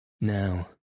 Now